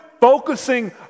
focusing